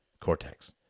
cortex